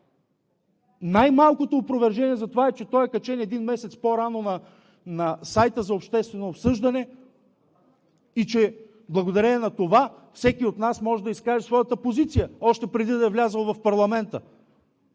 Най-малкото опровержение за това е, че той е качен един месец по-рано на сайта за обществено обсъждане и че благодарение на това всеки от нас може да изкаже своята позиция още преди да е влязъл в парламента.